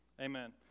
amen